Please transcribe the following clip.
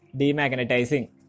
demagnetizing